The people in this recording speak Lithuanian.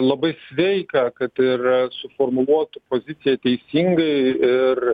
labai sveika kad ir suformuluoti poziciją teisingai ir